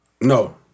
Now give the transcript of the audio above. No